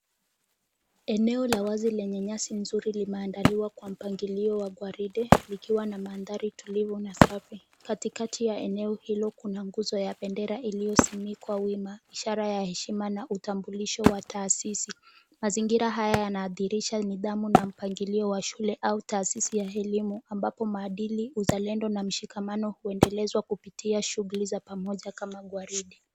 Eneo la wazi lenye nyasi nzuri limeandaliwa kwa mpangilio wa gwaride likiwa na mandhari tulivu na safi. Katikati ya eneo hilo kuna nguzo ya bendera iliyosimikwa wima, ishara ya heshima na utambulisho wa taasisi. Mazingira haya yanaadhirisha nidhamu na mpangilio wa shule au taasisi ya elimu ambapo maadili, uzalendo na mshikamano huendelezwa kupitia shughuli za pamoja kama gwaride.